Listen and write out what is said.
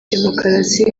demokarasi